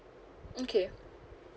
okay